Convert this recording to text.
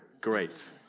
Great